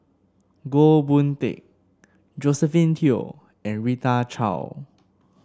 Goh Boon Teck Josephine Teo and Rita Chao